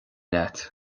leat